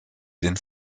den